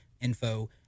info